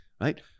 right